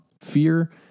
fear